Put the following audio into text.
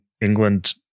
England